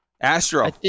Astro